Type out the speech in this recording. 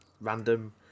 random